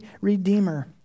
redeemer